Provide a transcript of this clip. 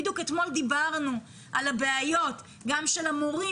בדיוק אתמול דיברנו על הבעיות גם של המורים